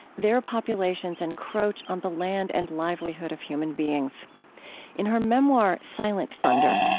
their populations encroach on the land and livelihood of human beings in her memoir silent thunder,